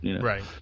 Right